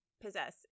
possess